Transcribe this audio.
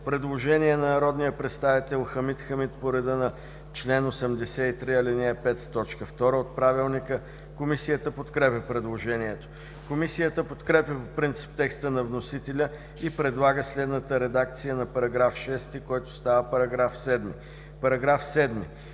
предложение на народния представител Хамид Хамид по реда на чл. 83, ал. 5, т. 2 от Правилника. Комисията подкрепя предложението. Комисията подкрепя по принцип текста на вносителя и предлага следната редакция на § 1, който става § 2: „§ 2.